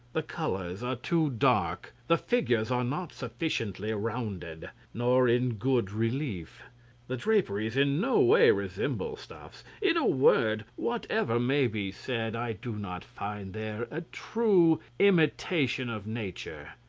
the colours are too dark, the figures are not sufficiently rounded, nor in good relief the draperies in no way resemble stuffs. in a word, whatever may be said, i do not find there a true imitation of nature.